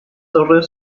torres